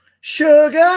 Sugar